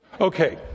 Okay